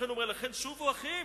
לכן הוא אומר: "לכן שובו אחים,